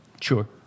Sure